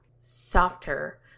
softer